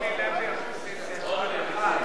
אורלי לוי אבקסיס יש רק אחת.